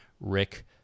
Rick